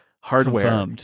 hardware